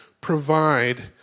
provide